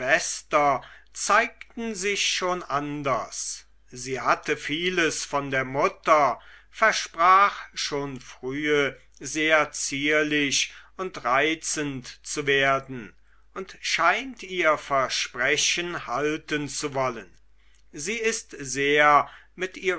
zeigten sich schon anders sie hatte vieles von der mutter versprach schon frühe sehr zierlich und reizend zu werden und scheint ihr versprechen halten zu wollen sie ist sehr mit